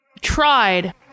Tried